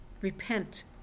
Repent